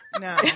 No